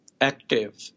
Active